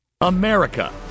America